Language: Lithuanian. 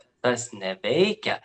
tas neveikia